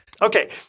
okay